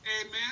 amen